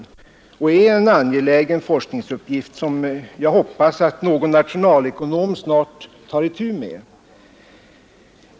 Det är en angelägen forskningsuppgift som jag hoppas någon nationalekonom snart tar itu med.